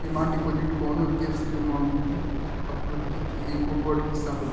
demand deposit कवनो देश के मौद्रिक आपूर्ति के एगो बड़ हिस्सा होला